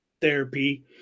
therapy